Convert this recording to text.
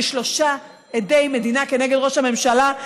יש שלושה עדי מדינה כנגד ראש הממשלה.